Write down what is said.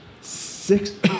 six